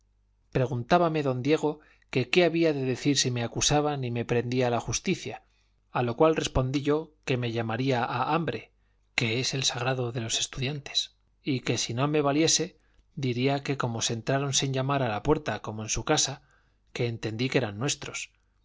mí preguntábame don diego que qué había de decir si me acusaban y me prendía la justicia a lo cual respondí yo que me llamaría a hambre que es el sagrado de los estudiantes y que si no me valiese diría que como se entraron sin llamar a la puerta como en su casa que entendí que eran nuestros